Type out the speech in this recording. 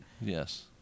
yes